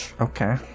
Okay